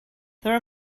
there